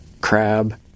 crab